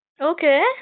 Okay